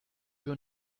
your